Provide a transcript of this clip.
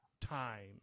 time